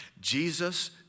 Jesus